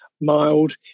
mild